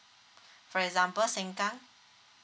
for example sengkang